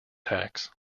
tax